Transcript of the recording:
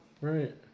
Right